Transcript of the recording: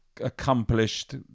accomplished